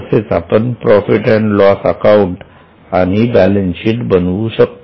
तसेच आपण profit and loss account आणि बॅलन्सशीट बनवू शकतो